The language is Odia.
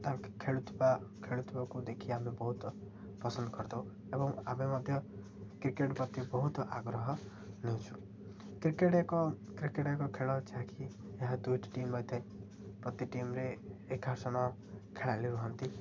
ତାଙ୍କେ ଖେଳୁଥିବା ଖେଳୁଥିବାକୁ ଦେଖି ଆମେ ବହୁତ ପସନ୍ଦ କରିଥାଉ ଏବଂ ଆମେ ମଧ୍ୟ କ୍ରିକେଟ୍ ପ୍ରତି ବହୁତ ଆଗ୍ରହ ନେଇଛୁ କ୍ରିକେଟ୍ ଏକ କ୍ରିକେଟ୍ ଏକ ଖେଳ ଯାହା କି ଏହା ଦୁଇଟି ଟିମ୍ ରହିଥାଏ ପ୍ରତି ଟିମରେ ଏଗାର ଜଣ ଖେଳାଳି ରୁହନ୍ତି